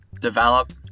develop